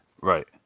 Right